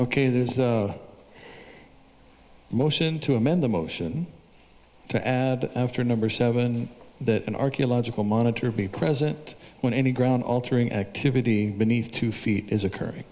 ok there is a motion to amend the motion for a number seven that an archaeological monitor be present when any ground altering activity beneath two feet is occurring